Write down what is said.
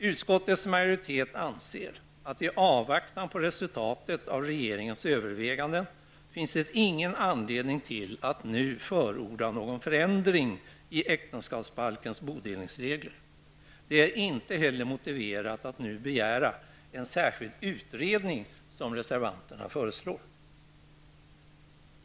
Utskottets majoritet anser att det, i avvaktan på resultatet av regeringens överväganden, inte finns någon anledning att nu förorda någon förändring i äktenskapsbalkens bodelningsregler. Det är heller inte motiverat att nu begära en särskild utredning, som reservanterna föreslår.